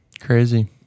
crazy